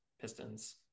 Pistons